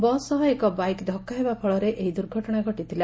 ବସ ସହ ଏକ ବାଇକ ଧକ୍କା ହେବା ଫଳରେ ଏହି ଦୁର୍ଘଟଣା ଘଟିଥିଲା